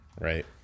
right